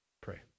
Pray